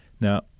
Now